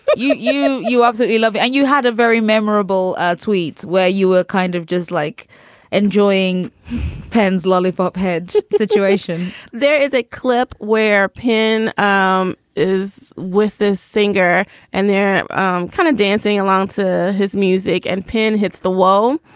but you you you absolutely love it. and you had a very memorable ah tweets where you were kind of just like enjoying penn's lollipop head situation there is a clip where pinn um is with this singer and they're um kind of dancing along to his music and pin hits the wall.